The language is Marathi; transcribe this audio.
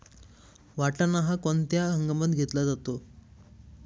वाटाणा हा कोणत्या हंगामात घेतला जातो?